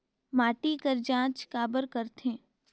माटी कर जांच काबर करथे?